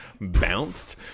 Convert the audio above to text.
bounced